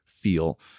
feel